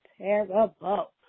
terrible